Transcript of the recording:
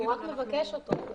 מבקש אותו.